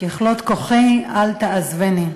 ככלות כחי אל תעזבני".